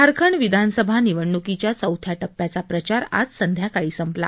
झारखंड विधानसभा निवडणूकीच्या चौथ्या टप्प्याचा प्रचार आज संध्याकाळी संपला